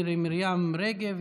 מירי מרים רגב,